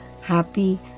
happy